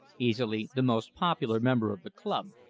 easily the most popular member of the club,